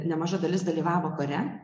nemaža dalis dalyvavo kare